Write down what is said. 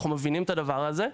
אנחנו מבינים את הדבר הזה.